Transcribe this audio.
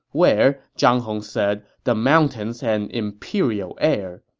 where, zhang hong said, the mountains had an imperial air.